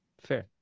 Fair